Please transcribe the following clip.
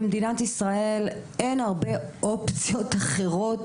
במדינת ישראל אין הרבה אופציות אחרות